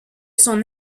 son